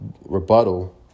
rebuttal